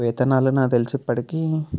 వేతనాలు నాకు తెలిసి ఇప్పటికి